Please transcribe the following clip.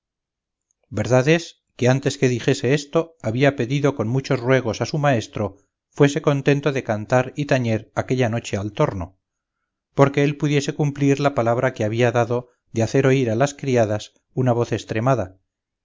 verdad es que antes que dijese esto había pedido con muchos ruegos a su maestro fuese contento de cantar y tañer aquella noche al torno porque él pudiese cumplir la palabra que había dado de hacer oír a las criadas una voz estremada